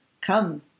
come